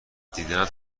دیدنت